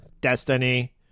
destiny